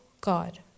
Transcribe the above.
God